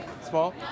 Small